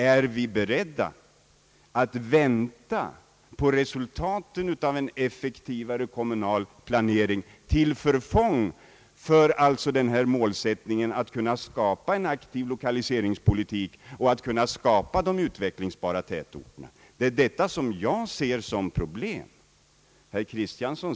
Är vi beredda att vänta på resultaten av en effektivare kommunal planering till förfång för målsättningen att skapa en aktiv lokaliseringspolitik och utvecklingsbara tätorter? Det är detta som jag ser som problemen.